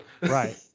Right